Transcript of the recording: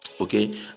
okay